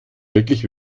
wirklich